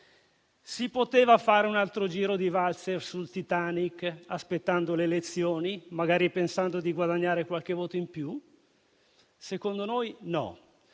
Si poteva fare un altro giro di valzer sul Titanic, aspettando le elezioni, magari pensando di guadagnare qualche voto in più? Secondo noi, no.